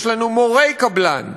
יש לנו מורי קבלן,